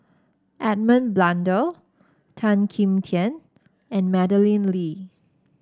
Edmund Blundell Tan Kim Tian and Madeleine Lee